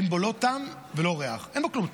אין בה לא טעם ולא ריח, אין בה כלום.